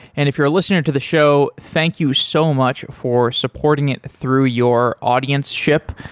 and if you're a listener to the show, thank you so much for supporting it through your audienceship.